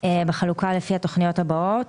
בחלוקה לפי התוכניות הבאות: